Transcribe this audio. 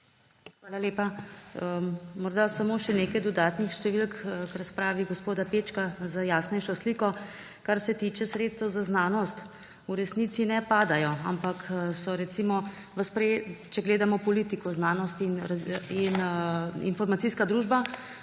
Hvala lepa. Morda samo še nekaj dodatnih številk k razpravi gospoda Pečka za jasnejšo sliko. Kar se tiče sredstev za znanost, v resnici ne padajo, ampak so bila, če gledamo politiko Znanost in informacijska družba,